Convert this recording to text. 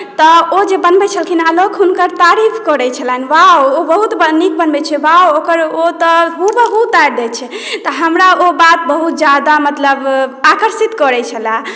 तऽ ओ जे बनबत छलखिन आ लोक हुनकर तारीफ करैत छलनि वाउ ओ बहुत बड्ड नीक बनबैत छियै वाउ ओकर ओ तऽ हूबहू उतारि दैत छै तऽ हमरा ओ बात बहुत ज्यादा मतलब आकर्षित करैत छले